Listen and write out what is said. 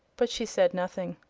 but she said nothing.